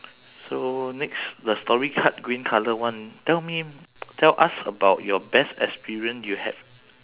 so next the story card green colour one tell me tell us about your best experience you had